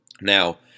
now